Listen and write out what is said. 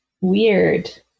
weird